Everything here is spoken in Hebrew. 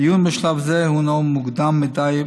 דיון בשלב זה הינו מוקדם מדי,